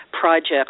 projects